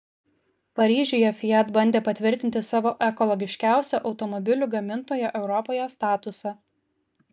paryžiuje fiat bandė patvirtinti savo ekologiškiausio automobilių gamintojo europoje statusą